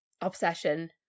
obsession